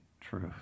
truth